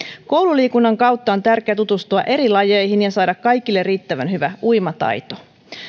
koululiikunnan kautta on tärkeää tutustua eri lajeihin ja saada kaikille riittävän hyvä uimataito